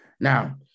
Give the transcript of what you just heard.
Now